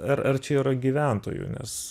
ar ar čia yra gyventojų nes